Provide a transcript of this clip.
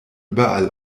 überall